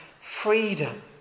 freedom